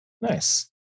Nice